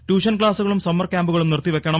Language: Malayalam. ട്യൂഷൻ ക്ലാസുകളും സമ്മർ ക്യാമ്പുകളും നിർത്തിവെയ്ക്കണം